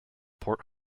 port